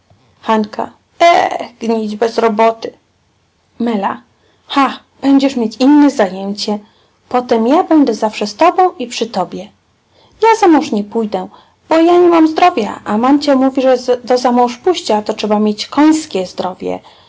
bez roboty ha będziesz mieć inne zajęcie potem ja będę zawsze z tobą i przy tobie ja za mąż nie pójdę bo ja nie mam zdrowia a mamcia mówi że do zamążpójścia to trzeba mieć końskie zdrowie